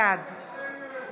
בעד